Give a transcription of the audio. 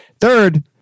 Third